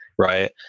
Right